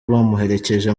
bamuherekeje